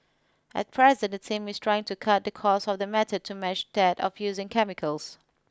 at present the team is trying to cut the cost of the method to match that of using chemicals